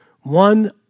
One